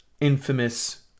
infamous